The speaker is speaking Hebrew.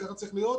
ככה זה צריך להיות,